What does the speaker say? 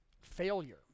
failure